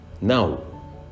Now